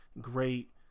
great